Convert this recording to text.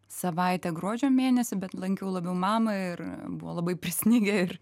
savaitę gruodžio mėnesį bet lankiau labiau mamą ir buvo labai prisnigę ir